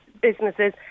businesses